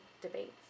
debates